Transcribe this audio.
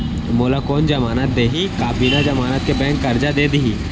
मोला कोन जमानत देहि का बिना जमानत के बैंक करजा दे दिही?